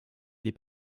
des